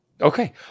Okay